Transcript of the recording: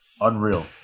Unreal